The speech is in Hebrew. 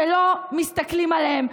שלא מסתכלים עליהם,